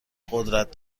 قدرت